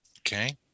Okay